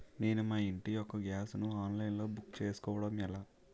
నేను మా ఇంటి యెక్క గ్యాస్ ను ఆన్లైన్ లో బుక్ చేసుకోవడం ఎలా?